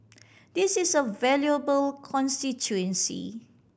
this is a valuable constituency